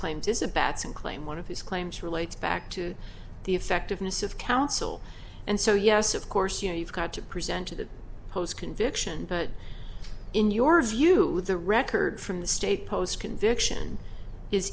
claim to sabbats and claim one of his claims relates back to the effectiveness of counsel and so yes of course you know you've got to present to the post conviction but in your view the record from the state post conviction is